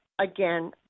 again